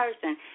person